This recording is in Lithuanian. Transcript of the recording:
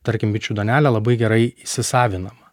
tarkim bičių duonelę labai gerai įsisavinama